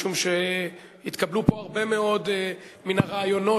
משום שהתקבלו פה הרבה מאוד מן הרעיונות